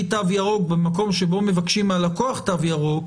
תו ירוק במקום שבו מבקשים מהלקוח תו ירוק,